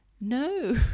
No